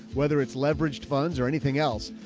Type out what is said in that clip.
whether it's leveraged funds or anything else.